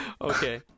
Okay